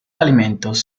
alimentos